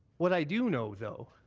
what i do know, though,